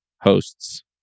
hosts